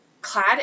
clad